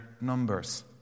numbers